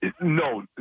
No